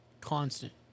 constant